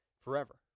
forever